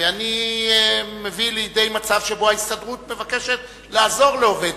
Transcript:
ואני מביא לידי מצב שבו ההסתדרות מבקשת לעזור לעובד,